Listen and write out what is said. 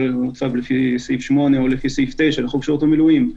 לפי סעיף 8 או לפי 9 לחוק שירות מילואים,